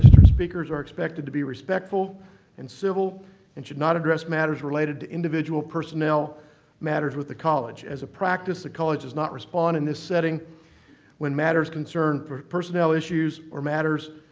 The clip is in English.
speakers are expected to be respectful and civil and should not address matters related to individual personnel matters with the college. as a practice, the college does not respond in this setting when matters concern personnel issues or matters